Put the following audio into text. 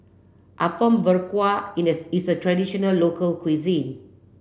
Apom Berkuah is a traditional local cuisine